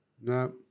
No